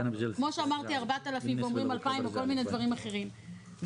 כמו שאמרתי 4,000 ואומרים 2,000 או כל מיני דברים אחרים,